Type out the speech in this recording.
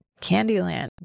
Candyland